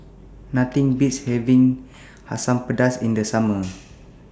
Nothing Beats having Asam Pedas in The Summer